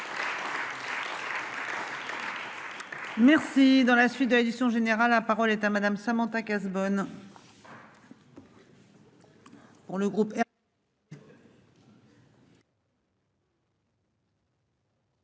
Merci. Dans la suite de l'édition générale. La parole est à Madame, Samantha Cazebonne.--